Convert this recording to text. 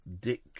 Dick